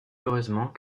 heureusement